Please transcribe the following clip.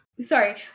Sorry